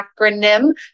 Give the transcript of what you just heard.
Acronym